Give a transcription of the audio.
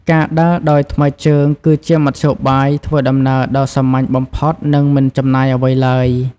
ការដើរដោយថ្មើរជើងគឺជាមធ្យោបាយធ្វើដំណើរដ៏សាមញ្ញបំផុតនិងមិនចំណាយអ្វីឡើយ។